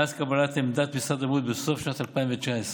מאז קבלת עמדת משרד הבריאות, בסוף שנת 2019,